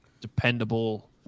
dependable